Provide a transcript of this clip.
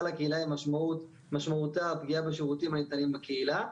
לקהילה היא משמעותה פגיעה בשירותים הניתנים בקהילה,